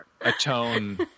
atone